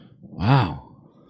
Wow